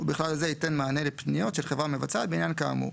ובכלל זה ייתן מענה לפניות של חברה מבצעת בעניין כאמור.